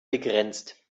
begrenzt